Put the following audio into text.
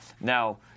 Now